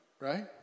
Right